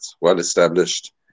well-established